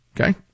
okay